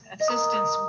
assistance